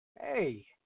Hey